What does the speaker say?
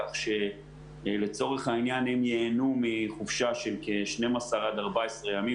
כך שלצורך העניין הם ייהנו מחופשה של כ-12 עד 14 ימים,